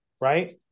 right